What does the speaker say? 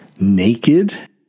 naked